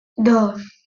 dos